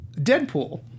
Deadpool